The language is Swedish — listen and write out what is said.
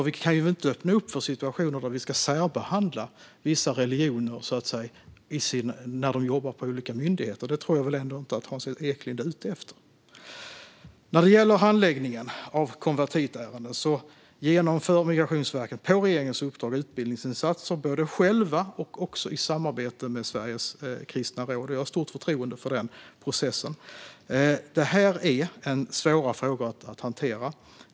Vi kan inte öppna för situationer där vi ska särbehandla vissa religioner när personer jobbar på olika myndigheter, och det tror jag väl ändå inte att Hans Eklind är ute efter. När det gäller handläggningen av konvertitärenden genomför Migrationsverket på regeringens uppdrag utbildningsinsatser, både själva och i samarbete med Sveriges kristna råd. Jag har stort förtroende för den processen. Det här är svåra frågor att hantera.